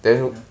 ya